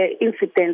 incidents